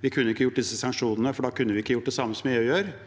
vi ikke kunne hatt disse sanksjonene, for da kunne vi ikke gjort det samme som EU gjør.